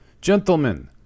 Gentlemen